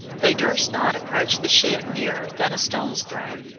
they durst not approach the ship nearer than a stone's-throw,